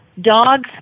Dogs